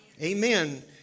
Amen